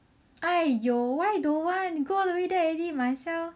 !aiyo! why don't want might as well